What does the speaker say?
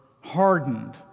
hardened